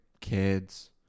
kids